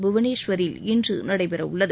புவனேஸ்வரில் இன்று நடைபெறவுள்ளது